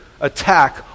attack